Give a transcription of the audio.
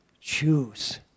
Choose